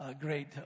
great